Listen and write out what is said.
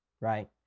right